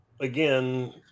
Again